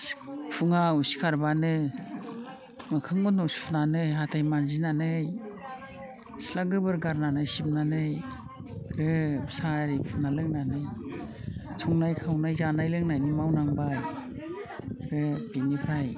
फुङाव सिखारब्लानो मोखां मोदोम सुनानै हाथाय मानजिनानै सिथ्ला गोबोर गारनानै सिबनानै ग्रोब साहा आरि फुदुंना लोंनानै संनाय खावनाय जानाय लोंनायनि मावनांबाय आरो बेनिफ्राय